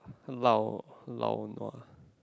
lao lao nua